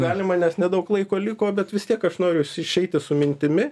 galima nes nedaug laiko liko bet vis tiek aš noriu išeiti su mintimi